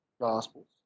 Gospels